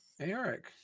Eric